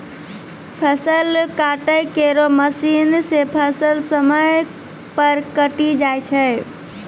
फसल काटै केरो मसीन सें फसल समय पर कटी जाय छै